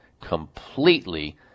Completely